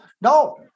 No